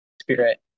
spirit